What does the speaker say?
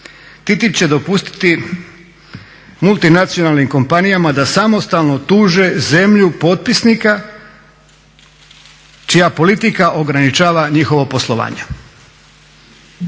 TTIP će dopustiti multinacionalnim kompanijama da samostalno tuže zemlju potpisnika čija politika ograničava njihovo poslovanje.